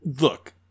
look